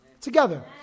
together